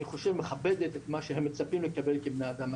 שלדעתי מכבדת את מה שהם מצפים לקבל כבני אדם.